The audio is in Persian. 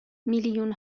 میلیون